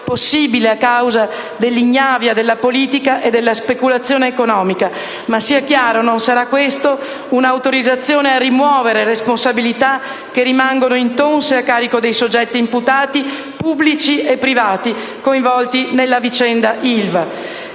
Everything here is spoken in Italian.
possibile a causa dell'ignavia della politica e della speculazione economica. Ma - sia chiaro - non sarà questa un'autorizzazione a rimuovere responsabilità che rimangono intonse a carico dei soggetti imputati, pubblici e privati, coinvolti nella vicenda Ilva.